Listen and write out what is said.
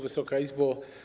Wysoka Izbo!